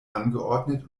angeordnet